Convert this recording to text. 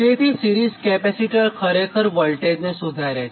તેથી series capacitor ખરેખર વોલ્ટેજને સુધારે છે